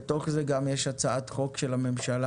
בתוך זה גם יש הצעת חוק של הממשלה.